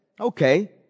Okay